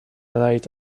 late